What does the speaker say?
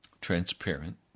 transparent